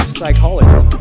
psychology